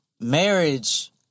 marriage